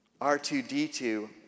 R2D2